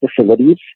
facilities